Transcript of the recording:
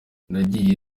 nagiye